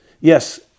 Yes